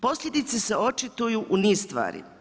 Posljedice se očituju u niz stvari.